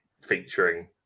featuring